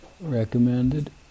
recommended